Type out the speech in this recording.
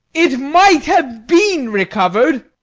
it might have been recovered.